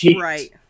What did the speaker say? right